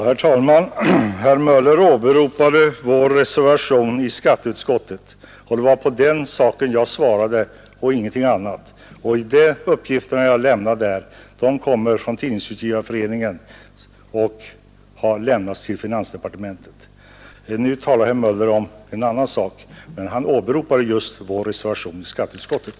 Herr talman! Herr Möller i Gävle åberopade i vår reservation i skatteutskottet, och det var det jag svarade på och ingenting annat. De uppgifter jag gav kommer från Tidningsutgivareföreningen och har lämnats till finansdepartementet. Nu talar herr Möller om en annan sak, men han åberopar alltså just vår reservation i skatteutskottet.